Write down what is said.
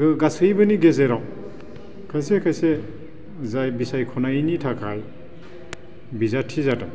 गासैबोनि गेजेराव खायसे खायसे जाय बिसायख'नायनि थाखाय बिजाथि जादों